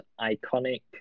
iconic